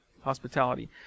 hospitality